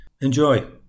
Enjoy